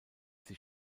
sie